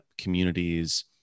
communities